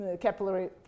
capillary